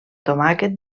tomàquet